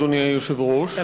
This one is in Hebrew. אדוני היושב-ראש,